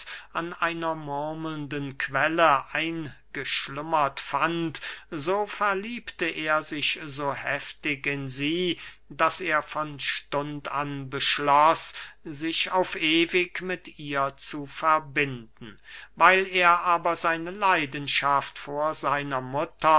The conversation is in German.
an einer murmelnden quelle eingeschlummert fand so verliebte er sich so heftig in sie daß er von stund an beschloß sich auf ewig mit ihr zu verbinden weil er aber seine leidenschaft vor seiner mutter